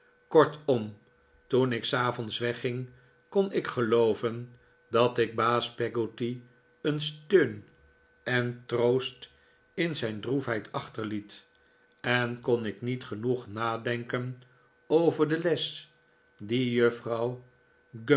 kortom toen ik s avonds wegging kon ik gelooven dat ik baas peggotty een steun en troost in zijn droefheid achterliet en kon ik niet genoeg nadenken over de les die